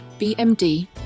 BMD